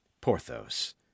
porthos